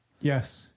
Yes